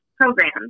program